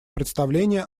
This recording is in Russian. представление